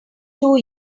two